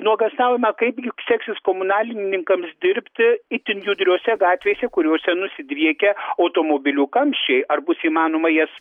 nuogąstaujama kaip seksis komunalininkams dirbti itin judriose gatvėse kuriose nusidriekia automobilių kamščiai ar bus įmanoma jas